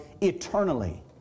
eternally